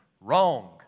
Wrong